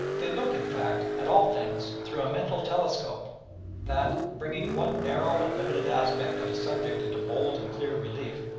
they look, in fact, at all things through a mental telescope that, bringing one narrow and limited aspect of a subject into bold and clear relief,